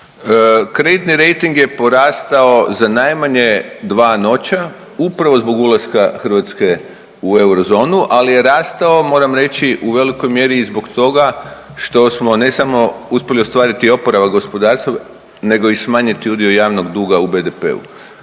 Kreditni rejting je porastao za najmanje dva noća upravo zbog ulaska Hrvatske u eurozonu, ali je rastao moram reći u velikoj mjeri i zbog toga što smo ne samo uspjeli ostvariti oporavak gospodarstva nego i smanjiti udio javnog duga u BDP-u.